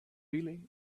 really